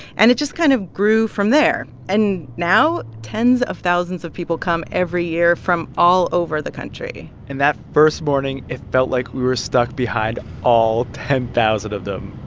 and it just kind of grew from there. and now, tens of thousands of people come every year from all over the country and that first morning, it felt like we were stuck behind all ten thousand of them